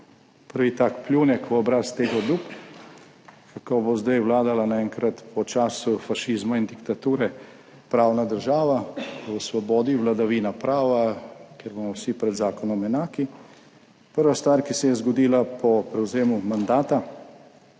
Prvi tak pljunek v obraz teh obljub, kako bo zdaj vladala naenkrat po času fašizma in diktature pravna država v svobodi, vladavina prava, kjer bomo vsi pred zakonom enaki. Prva stvar, ki se je zgodila po prevzemu mandata